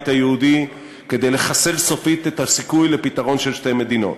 היהודי כדי לחסל סופית את הסיכוי לפתרון של שתי מדינות.